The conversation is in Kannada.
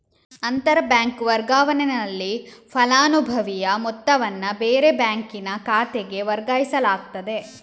ಅಂತರ ಬ್ಯಾಂಕ್ ವರ್ಗಾವಣೆನಲ್ಲಿ ಫಲಾನುಭವಿಯ ಮೊತ್ತವನ್ನ ಬೇರೆ ಬ್ಯಾಂಕಿನ ಖಾತೆಗೆ ವರ್ಗಾಯಿಸಲಾಗ್ತದೆ